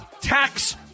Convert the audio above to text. tax